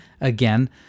again